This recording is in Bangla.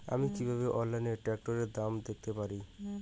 আমি কিভাবে অনলাইনে ট্রাক্টরের দাম দেখতে পারি?